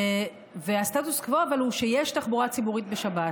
אבל הסטטוס קוו הוא שיש תחבורה ציבורית בשבת.